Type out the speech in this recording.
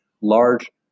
large